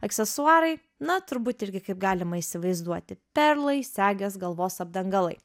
aksesuarai na turbūt irgi kaip galima įsivaizduoti perlai segės galvos apdangalai